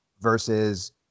versus